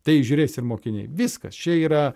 tai žiūrės ir mokiniai viskas čia yra